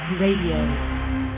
Radio